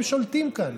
הם שולטים כאן.